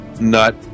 nut